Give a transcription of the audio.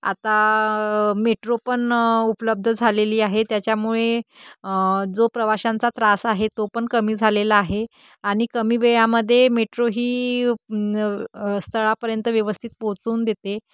आता मेट्रो पण उपलब्ध झालेली आहे त्याच्यामुळे जो प्रवाशांचा त्रास आहे तो पण कमी झालेला आहे आणि कमी वेळामध्ये मेट्रो ही स्थळापर्यंत व्यवस्थित पोहोचून देते